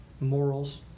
morals